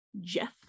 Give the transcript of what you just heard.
Jeff